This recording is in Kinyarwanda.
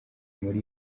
muri